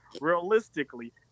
Realistically